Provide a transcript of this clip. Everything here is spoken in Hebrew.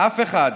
אף אחד.